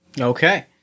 Okay